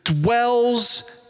dwells